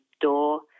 door